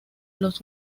los